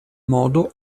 modo